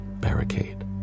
barricade